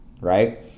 right